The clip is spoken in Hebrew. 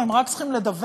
או אם רק צריכים לדווח,